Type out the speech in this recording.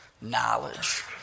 knowledge